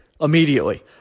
immediately